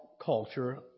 culture